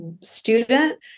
student